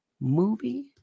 movie